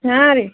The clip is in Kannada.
ಹಾಂ ರೀ